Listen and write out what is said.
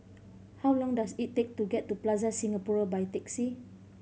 how long does it take to get to Plaza Singapura by taxi